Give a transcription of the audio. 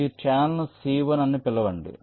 కాబట్టి ఈ ఛానెల్ను C1 అని పిలవనివ్వండి